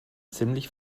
ziemlich